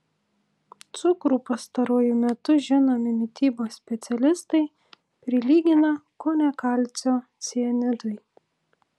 cukrų pastaruoju metu žinomi mitybos specialistai prilygina kone kalcio cianidui